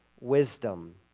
wisdom